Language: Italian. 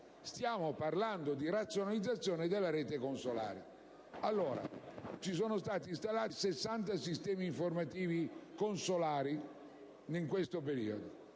Europa - ma di una razionalizzazione della rete consolare. Sono stati installati 60 sistemi informativi consolari in questo periodo: